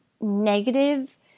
negative